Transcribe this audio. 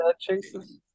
chases